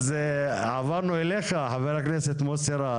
חזרנו אליך חבר הכנסת מוסי רז.